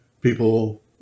people